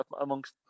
amongst